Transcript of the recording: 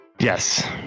Yes